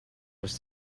was